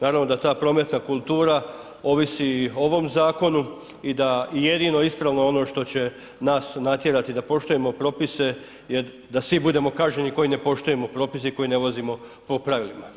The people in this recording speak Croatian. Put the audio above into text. Naravno da ta prometna kultura ovisi i o ovom zakonu i da i jedino ispravno ono što će nas natjerati da poštujemo propise je da svi budemo kažnjeni koji ne poštujemo propise i koji ne vozimo po pravilima.